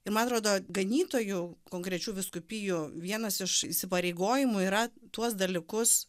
ir man rodo ganytojų konkrečių vyskupijų vienas iš įsipareigojimų yra tuos dalykus